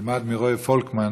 נלמד מרועי פולקמן,